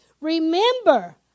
remember